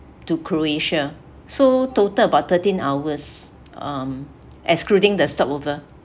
to croatia so total about thirteen hours um excluding the stopover